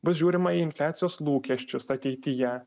bus žiūrima į infliacijos lūkesčius ateityje